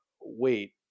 Wait